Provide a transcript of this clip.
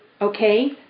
Okay